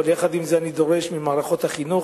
אבל יחד עם זה אני דורש ממערכות החינוך